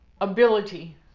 ability